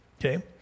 Okay